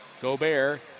Gobert